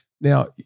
now